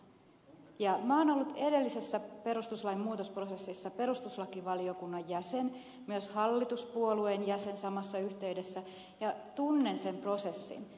minä olen ollut edellisessä perustuslain muutosprosessissa perustuslakivaliokunnan jäsen myös hallituspuolueen jäsen samassa yhteydessä ja tunnen sen prosessin